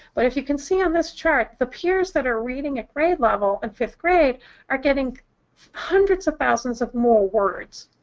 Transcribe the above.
but if you can see on this chart, the peers that are reading at grade level in fifth grade are getting hundreds of thousands of more words.